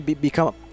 become